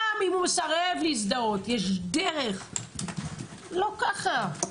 גם אם הוא מסרב להזדהות יש דרך, לא ככה.